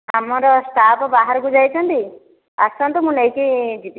ଆମର ଷ୍ଟାଫ୍ ବାହାରକୁ ଯାଇଛନ୍ତି ଆସନ୍ତୁ ମୁଁ ନେଇକି ଯିବି